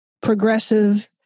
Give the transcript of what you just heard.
progressive